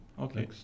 Okay